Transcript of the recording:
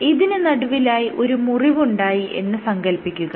ഇതിന് നടുവിലായി ഒരു മുറിവുണ്ടായി എന്ന് സങ്കൽപ്പിക്കുക